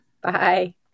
Bye